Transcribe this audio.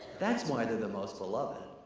that's why they're the most beloved.